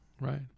Right